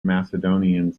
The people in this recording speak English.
macedonians